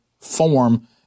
form